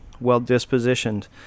well-dispositioned